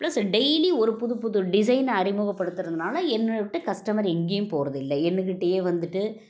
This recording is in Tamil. ப்ளஸ்ஸு டெய்லி ஒரு புதுப் புது டிசைனை அறிமுகப்படுத்துகிறதுனால என்ன விட்டு கஸ்டமர் எங்கேயும் போகிறதில்ல என்கிட்டையே வந்துவிட்டு